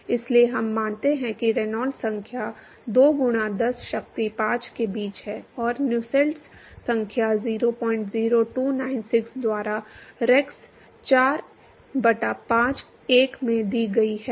इसलिए हम मानते हैं कि रेनॉल्ड्स संख्या 2 गुणा 10 शक्ति 5 के बीच है और नसेल्स संख्या 00296 द्वारा रेक्स 4 बटा 5 1 में दी गई है